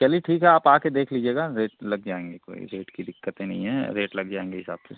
चलिए ठीक है आप आके देख लीजिएगा रेट लग जाएँगे कोई रेट की दिक्कते नहीं है रेट लग जाएँगे हिसाब से